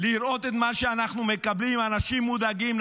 לראות את מה שאנחנו מקבלים מאנשים מודאגים,